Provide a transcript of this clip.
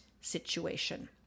situation